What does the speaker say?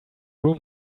room